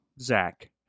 Zach